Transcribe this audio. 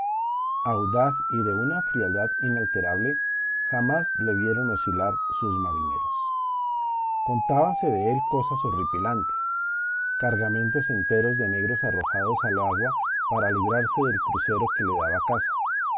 audaz y de una frialdad inalterable jamás le vieron oscilar sus marineros contábanse de él cosas horripilantes cargamentos enteros de negros arrojados al agua para librarse del crucero que le daba caza